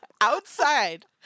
outside